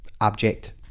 abject